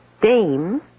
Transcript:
dame